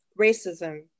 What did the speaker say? racism